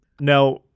Now